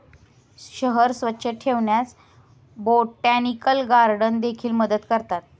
शहर स्वच्छ ठेवण्यास बोटॅनिकल गार्डन देखील मदत करतात